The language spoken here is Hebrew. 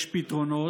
יש פתרונות.